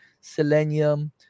selenium